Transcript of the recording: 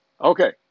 okay